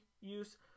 use